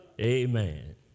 Amen